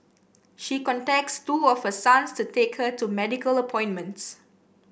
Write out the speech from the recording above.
she contacts two of her sons to take her to medical appointments